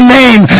name